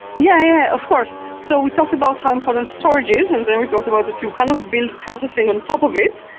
yeah, of course. so we talked about how important storage is, and then we talked about that you kind of build processing on top of it,